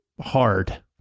hard